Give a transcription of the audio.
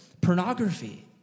pornography